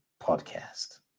podcast